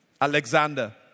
Alexander